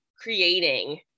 creating